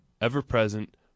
ever-present